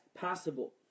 possible